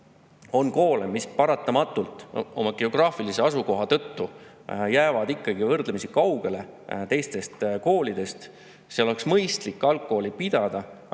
On koole, mis paratamatult oma geograafilise asukoha tõttu jäävad ikkagi võrdlemisi kaugele teistest koolidest. Seal oleks mõistlik algkooli pidada,